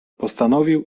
postanowił